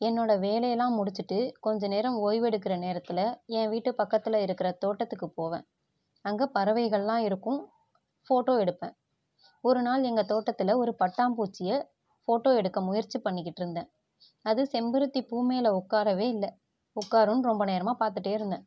என்னோடய வேலையெல்லாம் முடித்திட்டு கொஞ்சம் நேரம் ஓய்வெடுக்கிற நேரத்தில் என் வீட்டுப் பக்கத்தில் இருக்கிற தோட்டத்துக்குப் போவேன் அங்கே பறவைகளெலாம் இருக்கும் ஃபோட்டோ எடுப்பேன் ஒரு நாள் எங்கள் தோட்டத்தில் பட்டாம்பூச்சியை ஃபோட்டோ எடுக்க முயற்சி பண்ணிக்கிட்டிருந்தேன் அது செம்பருத்திப் பூமேல் உட்காரவே இல்லை உட்காரும்னு ரொம்ப நேரமாக பார்த்துட்டே இருந்தேன்